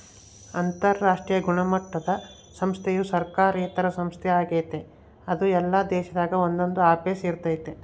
ಅಂತರಾಷ್ಟ್ರೀಯ ಗುಣಮಟ್ಟುದ ಸಂಸ್ಥೆಯು ಸರ್ಕಾರೇತರ ಸಂಸ್ಥೆ ಆಗೆತೆ ಅದು ಎಲ್ಲಾ ದೇಶದಾಗ ಒಂದೊಂದು ಆಫೀಸ್ ಇರ್ತತೆ